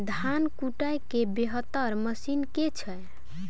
धान कुटय केँ बेहतर मशीन केँ छै?